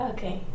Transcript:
Okay